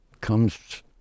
comes